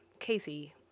Casey